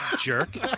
Jerk